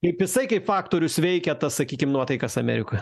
kaip jisai kaip faktorius veikia tas sakykim nuotaikas amerikoje